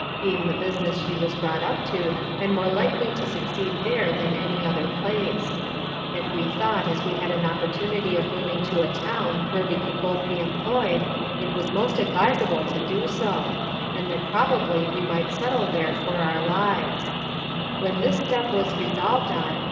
being the business she was brought up to, and more likely to succeed there than any other place and we thought as we had an opportunity of moving to a town where we could both be employ'd it was most adviseable to do so and that probably we might settle there for our lives when this step was resolv'd on,